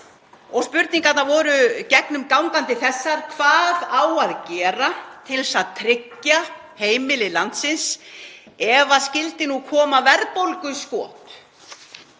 Spurningarnar voru gegnum gangandi þessar: Hvað á að gera til þess að tryggja heimili landsins ef það skyldi nú koma verðbólguskot?